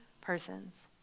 persons